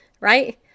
Right